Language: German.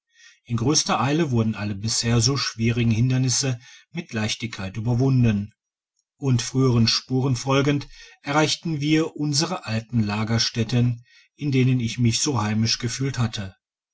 in grösster eile wurden alle bisher so schwierigen hindernisse mit leichtigkeit überwunden und früheren spuren folgend erreichten wir unsere alten lagerstätten in denen ich mich so heimisch gefühlt hatte